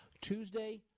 Tuesday